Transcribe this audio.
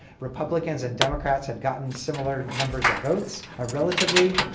republicans and democrats have gotten similar number of votes ah relatively,